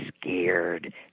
scared